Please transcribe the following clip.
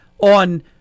on